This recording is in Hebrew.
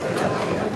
נתקבל.